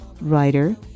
writer